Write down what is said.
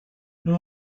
nous